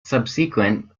subsequent